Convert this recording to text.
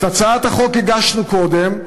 את הצעת החוק הגשנו קודם.